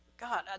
God